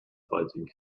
fighting